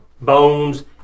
bones